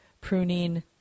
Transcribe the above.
pruning